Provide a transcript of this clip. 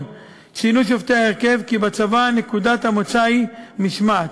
ציינו שופטי ההרכב כי בצבא נקודת המוצא היא משמעת.